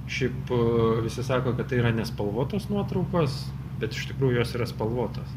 šiaip visi sako kad tai yra nespalvotos nuotraukos bet iš tikrųjų jos yra spalvotos